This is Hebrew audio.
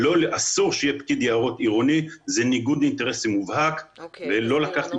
אסור שיהיה פקיד יערות עירוני כי זה ניגוד אינטרסים מובהק ולא לקחתי